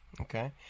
Okay